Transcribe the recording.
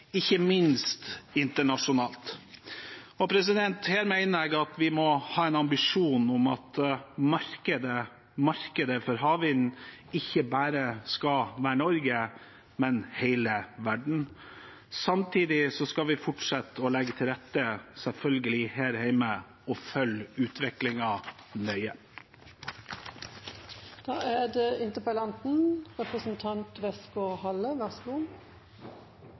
ikke minst internasjonalt. Her mener jeg at vi må ha en ambisjon om at markedet for havvind ikke bare skal være Norge, men hele verden. Samtidig skal vi selvfølgelig fortsette å legge til rette her hjemme og følge utviklingen nøye.